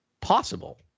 possible